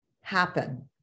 happen